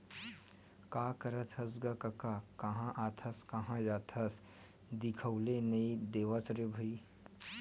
का करत हस गा कका काँहा आथस काँहा जाथस दिखउले नइ देवस रे भई?